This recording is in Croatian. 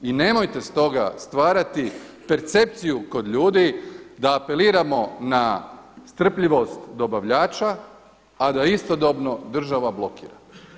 I nemojte stoga stvarati percepciju kod ljudi da apeliramo na strpljivost dobavljača, a da istodobno država blokira.